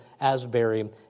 Asbury